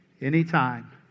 anytime